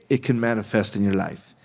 it can manifest in your life.